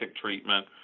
treatment